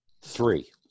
three